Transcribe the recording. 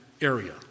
area